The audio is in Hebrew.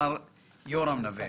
מר יורם נווה.